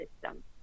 system